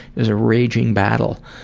it's a raging battle.